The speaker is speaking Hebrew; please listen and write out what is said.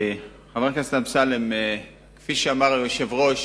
חבר הכנסת אמסלם, כפי שאמר היושב-ראש,